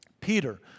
Peter